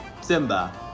Simba